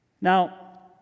Now